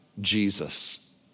Jesus